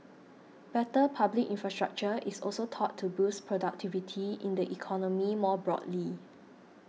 better public infrastructure is also thought to boost productivity in the economy more broadly